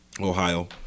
Ohio